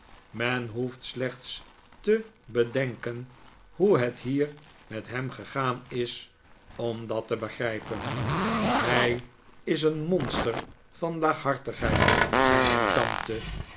men hoeft slechts te bedenken hoe het hier met hem gegaan is om dat te begrijpen hij is een monster van laaghartigheid zei mij et tante